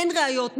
אין ראיות,